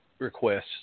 Requests